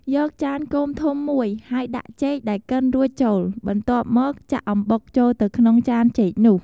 យកចានគោមធំមួយ ហើយដាក់ចេកដែលកិនរួចចូល បន្ទាប់មក ចាក់អំបុកចូលទៅក្នុងចានចេកនោះ។